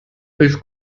ich